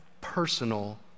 personal